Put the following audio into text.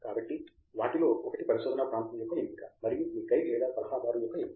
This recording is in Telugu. కాబట్టి వాటిలో ఒకటి పరిశోధనా ప్రాంతం యొక్క ఎంపిక మరియు మీ గైడ్ లేదా సలహాదారు యొక్క ఎంపిక